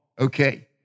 Okay